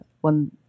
one